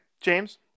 James